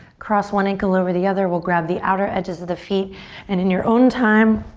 cross one ankle over the other, we'll grab the outer edges of the feet and in your own time,